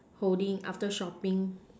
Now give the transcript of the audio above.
holding after shopping